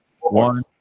one